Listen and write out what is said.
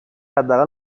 حداقل